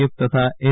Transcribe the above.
F તથા N